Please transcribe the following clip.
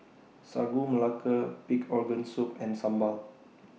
Sagu Melaka Pig Organ Soup and Sambal